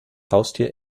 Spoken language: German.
haustier